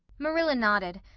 marilla nodded.